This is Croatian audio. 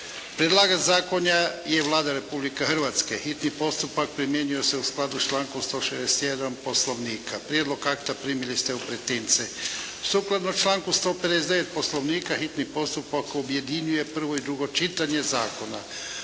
Predlagač zakona je Vlada Republike Hrvatske. Hitni postupak primjenjuje se u skladu s člankom 161. Poslovnika. Prijedlog akta primili ste u pretince. Sukladno članku 159. Poslovnika, hitni postupak objedinjuje prvo i drugo čitanje zakona.